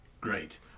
Great